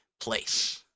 place